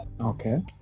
Okay